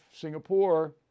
Singapore